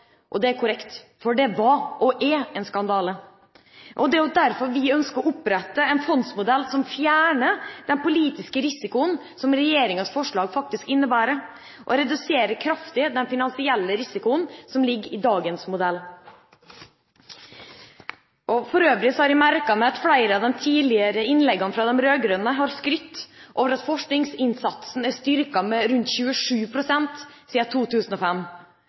og det er korrekt, det var og er en skandale. Det er jo derfor vi ønsker å opprette en fondsmodell som fjerner den politiske risikoen som regjeringas forslag faktisk innebærer, og reduserer kraftig den finansielle risikoen som ligger i dagens modell. For øvrig har jeg merket meg at en i flere av de tidligere innleggene fra de rød-grønne har skrytt av at forskningsinnsatsen er styrket med rundt 27 pst. siden 2005.